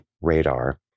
radar